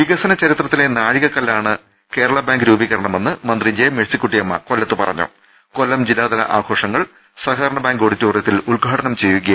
വികസനചരിത്രത്തിലെ നാഴികകല്ലാണ് കേരള ബാങ്ക് രൂപീകര ണമെന്ന് മന്ത്രി ജെ മേഴ്സികുട്ടിഅമ്മ കൊല്ലത്ത് പറഞ്ഞു കൊല്ലം ജില്ലാതലആഘോഷങ്ങൾ സഹകരണ ബാങ്ക് ഓഡിറ്റോറിയത്തിൽ ഉദ്ഘാടനം ചെയ്യുകയായിരുന്നു മന്ത്രി